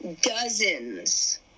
dozens